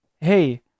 hey